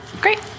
Great